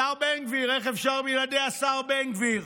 השר בן גביר, איך אפשר בלעדי השר בן גביר,